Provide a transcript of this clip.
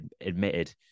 admitted